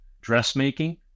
dressmaking